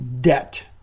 debt